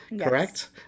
Correct